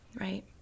Right